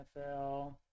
NFL